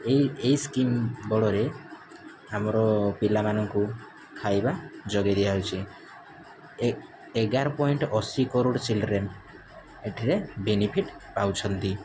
ଏଇ ଏଇ ସ୍କିମ୍ ବଳରେ ଆମର ପିଲାମାନଙ୍କୁ ଖାଇବା ଯୋଗେଇ ଦିଆହେଉଛି ଏ ଏଗାର ପଏଣ୍ଟ୍ ଅଶୀ କାରୋଡ଼୍ ଚିଲଡ଼୍ରେନ୍ ଏଥିରେ ବେନିଫିଟ୍ ପାଉଛନ୍ତି